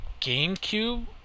GameCube